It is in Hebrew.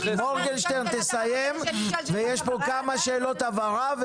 תסיים ואחר כך יהיו אליך כמה שאלות הבהרה.